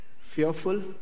fearful